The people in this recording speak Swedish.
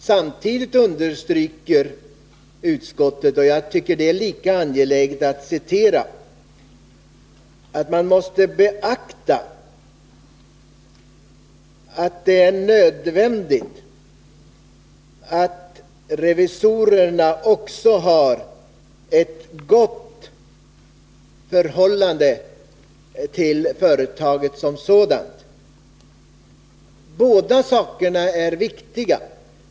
Samtidigt understryker utskottet, och jag tycker att det är lika angeläget att framhålla detta, att man måste beakta att det är nödvändigt att revisorerna också har ett gott förhållande till företaget som sådant. Båda sakerna är viktiga.